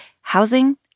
Housing